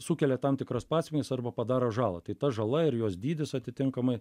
sukelia tam tikras pasekmes arba padaro žalą tai ta žala ir jos dydis atitinkamai